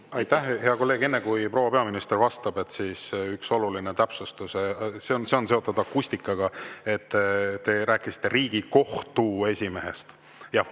Aitäh! Hea kolleeg, enne kui proua peaminister vastab, üks oluline täpsustus – see on seotud akustikaga. Te rääkisite Riigikohtu esimehest. Jah.